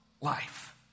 life